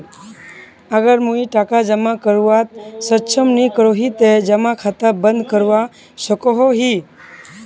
अगर मुई टका जमा करवात सक्षम नी करोही ते जमा खाता बंद करवा सकोहो ही?